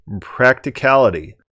Practicality